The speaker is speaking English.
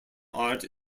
art